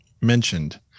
mentioned